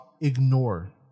ignore